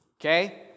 Okay